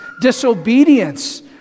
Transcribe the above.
disobedience